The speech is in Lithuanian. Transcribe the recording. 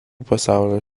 pasaulio